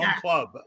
club